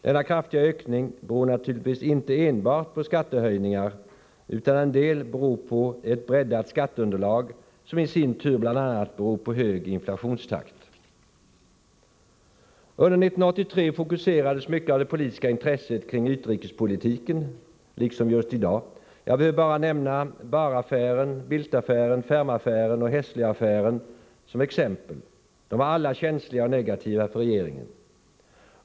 Denna kraftiga ökning beror naturligtvis inte enbart på skattehöjningar, utan en del beror på ett breddat skatteunderlag, som i sin tur bl.a. beror på hög inflationstakt. Under 1983 fokuserades mycket av det politiska intresset kring utrikespoli tiken liksom i dag. Jag behöver bara nämna ”Bahraffären”, ”Bildtaffären”, ”Fermaffären” och ”Hesslöaffären” som exempel. De var alla känsliga och negativa för regeringen.